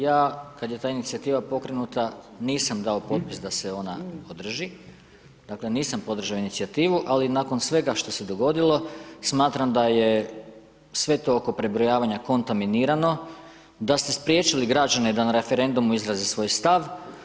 Ja kad je ta inicijativa pokrenuta nisam dao potpis da se ona održi, dakle nisam podržao inicijativu, ali, nakon svega što se dogodilo, smatram da je sve to oko prebrojavanja kontaminirano, da ste spriječili građane da na referendumu izraze svoj stav.